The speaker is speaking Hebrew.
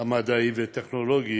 המדעי והטכנולוגי